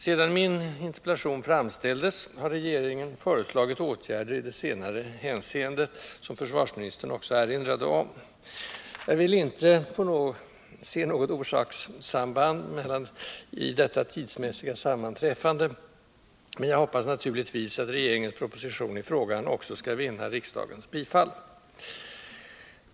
Sedan min interpellation framställdes har regeringen föreslagit åtgärder i det senare hänseendet, som försvarsministern också erinrade om. Jag vill inte se något orsakssamband i detta tidsmässiga sammanträffande, men jag hoppas naturligtvis att regeringens proposition i frågan också skall vinna riksdagens bifall.